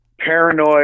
paranoid